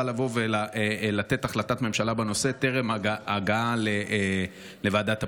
לבוא ולתת החלטת ממשלה בנושא טרם הגעה לוועדת הפנים,